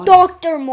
Doctor